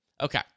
Okay